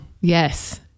Yes